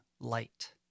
light